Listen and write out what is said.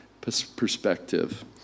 perspective